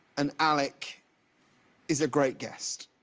and alec is a great guest.